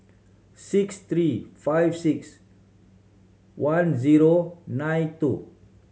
six three five six one zero nine two